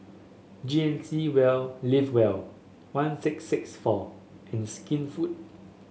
G N C Well Live Well one six six four and Skinfood